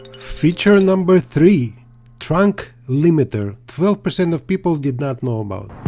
feature number three trunk limiter twelve percent of people did not know about